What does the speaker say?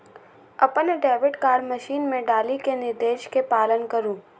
अपन debit card machine मे डालि कें निर्देश के पालन करु